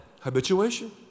Habituation